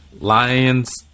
Lions